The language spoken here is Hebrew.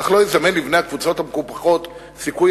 אך לא יזמן לבני הקבוצות המקופחות סיכוי